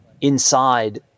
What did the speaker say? inside